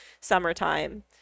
summertime